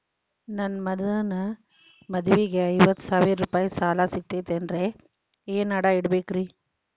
ನನ್ನ ಮಗನ ಮದುವಿಗೆ ಐವತ್ತು ಸಾವಿರ ರೂಪಾಯಿ ಸಾಲ ಸಿಗತೈತೇನ್ರೇ ಏನ್ ಅಡ ಇಡಬೇಕ್ರಿ?